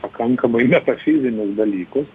pakankamai metafizinius dalykus